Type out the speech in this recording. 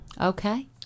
Okay